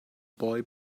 boy